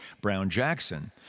Brown-Jackson